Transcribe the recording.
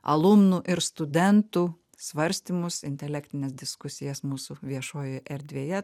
alumnų ir studentų svarstymus intelektines diskusijas mūsų viešojoj erdvėje